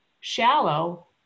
shallow